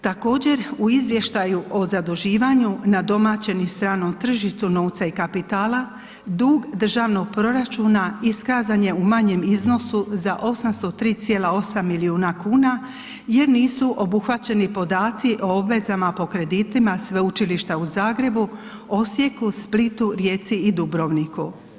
Također u izvještaju o zaduživanju na domaćem i stranom tržištu novca i kapitala, dug državnog proračuna iskazan je u manjem iznosu za 803,8 milijuna kuna jer nisu obuhvaćeni podaci o obvezama po kreditima Sveučilišta u Zagrebu, Osijeku, Splitu, Rijeci i Dubrovniku.